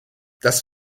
das